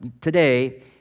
today